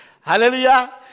Hallelujah